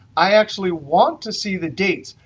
i actually want to see the dates.